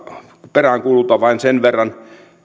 peräänkuulutan vain sen verran